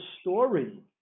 story